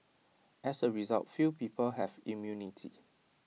as A result few people have immunity